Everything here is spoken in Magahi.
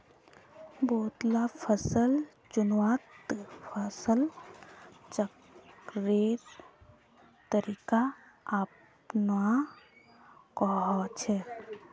बहुत ला फसल चुन्वात फसल चक्रेर तरीका अपनुआ कोह्चे